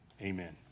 amen